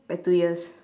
by two years